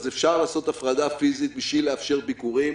אז אפשר לעשות הפרדה פיזית בשביל לאפשר ביקורים.